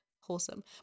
wholesome